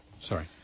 sorry